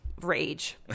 Rage